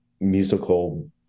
musical